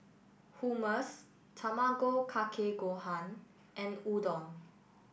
Hummus Tamago Kake Gohan and Udon